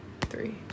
three